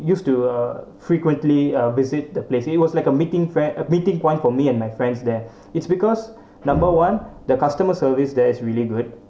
used to uh frequently uh visit the place it was like a meeting fair a meeting point for me and my friends there it's because number one the customer service there is really good